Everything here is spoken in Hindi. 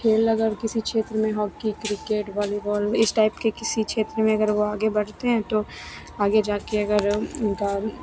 खेल अगर किसी क्षेत्र में हॉकी क्रिकेट वॉलीबाल इस टाइप के किसी क्षेत्र में अगर वे आगे बढ़ते हैं तो आगे जाकर अगर उनकी